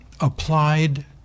applied